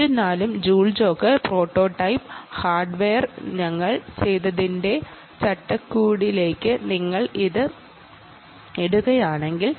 എന്നിരുന്നാലും Joule Jotter prototype ഹാർഡ്വെയറിൽ ഞങ്ങൾ ചെയ്തതിന്റെ ഫ്രയിംവർക്ക് നിങ്ങൾക്ക് ഇടാൻ സാധിക്കും